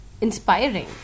inspiring